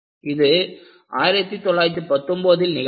இது 1919ல் நிகழ்ந்தது